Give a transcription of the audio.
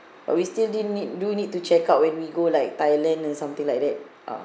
but we still didn't need do need to check out when we go like thailand and something like that ah